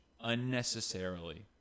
unnecessarily